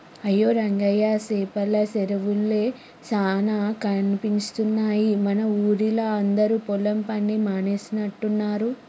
అయ్యో రంగయ్య సేపల సెరువులే చానా కనిపిస్తున్నాయి మన ఊరిలా అందరు పొలం పని మానేసినట్టున్నరు